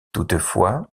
toutefois